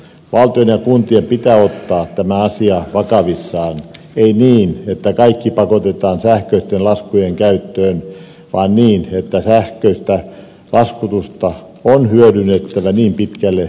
valtion ja kuntien pitää ottaa tämä asia vakavissaan ei niin että kaikki pakotetaan sähköisten laskujen käyttöön vaan niin että sähköistä laskutusta on hyödynnettävä niin pitkälle kuin mahdollista